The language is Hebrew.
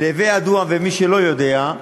להווי ידוע, ומי שלא יודע,